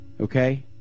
okay